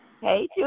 Hey